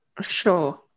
sure